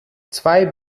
zwei